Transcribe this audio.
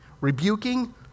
rebuking